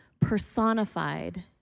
personified